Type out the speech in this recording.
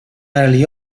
early